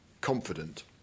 confident